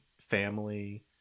family